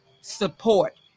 support